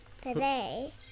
today